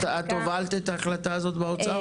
את הובלת את ההחלטה הזאת באוצר?